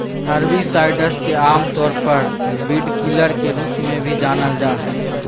herbicides के आमतौर पर वीडकिलर के रूप में भी जानल जा हइ